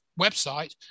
website